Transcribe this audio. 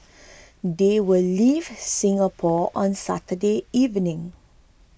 they will leave Singapore on Saturday evening